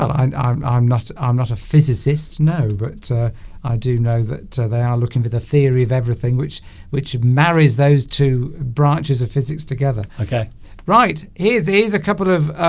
ah and i'm i'm not i'm not a physicist no but i do know that they are looking for the theory of everything which which marries those two branches of physics together okay right he's a he's a couple of